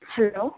hello